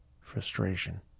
Frustration